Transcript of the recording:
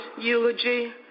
eulogy